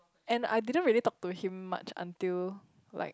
and I didn't really talk to him much until like